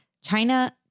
China